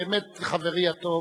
באמת חברי הטוב,